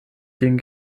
den